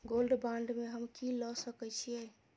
Gold bond में हम की ल सकै छियै?